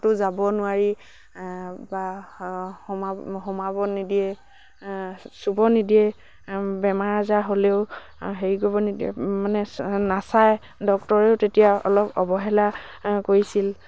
ক'তো যাব নোৱাৰি বা সোমাব নিদিয়ে চুব নিদিয়ে বেমাৰ আজাৰ হ'লেও হেৰি কৰিব নিদিয়ে মানে নাচায় ডক্তৰেও তেতিয়া অলপ অৱহেলা কৰিছিল